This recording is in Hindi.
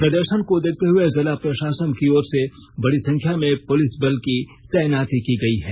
प्रदर्शन को देखते हुए जिला प्रशासन की ओर से बड़ी संख्या में पुलिस बल की तैनाती की गई है